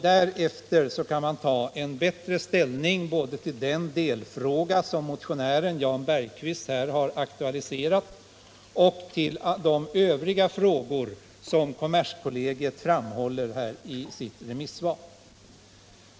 Därefter kan man bättre ta ställning både till den delfråga som motionären, Jan Bergqvist, här har aktualiserat och till de övriga frågor som kommerskollegium berör i sitt remissvar.